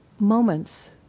moments